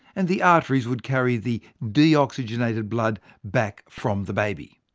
and the arteries would carry the deoxygenated blood back from the baby.